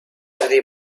erdi